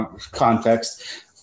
context